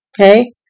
Okay